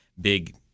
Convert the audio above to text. big